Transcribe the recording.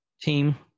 team